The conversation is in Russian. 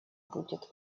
будет